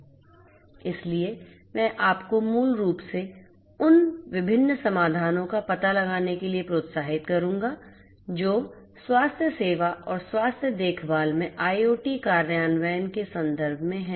इसलिए मैं आपको मूल रूप से उन विभिन्न समाधानों का पता लगाने के लिए प्रोत्साहित करूंगा जो स्वास्थ्य सेवा और स्वास्थ्य देखभाल में आईओटी कार्यान्वयन के संदर्भ में हैं